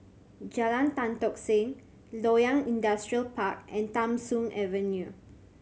Jalan Tan Tock Seng Loyang Industrial Park and Tham Soong Avenue